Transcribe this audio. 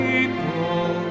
People